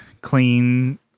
clean